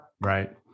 Right